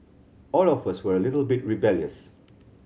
all of us were a little bit rebellious